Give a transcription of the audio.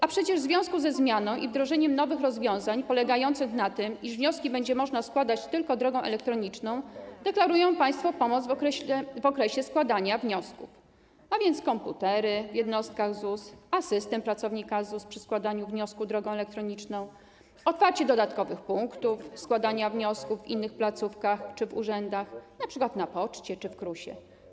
A przecież w związku ze zmianą i wdrożeniem nowych rozwiązań polegających na tym, iż wnioski będzie można składać tylko drogą elektroniczną, deklarują państwo pomoc w okresie składania wniosków, a więc komputery w jednostkach ZUS, asystę pracownika ZUS przy składaniu wniosku drogą elektroniczną, otwarcie dodatkowych punktów składania wniosków w innych placówkach czy urzędach, np. na poczcie, czy w KRUS.